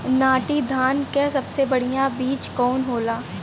नाटी धान क सबसे बढ़िया बीज कवन होला?